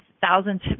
thousands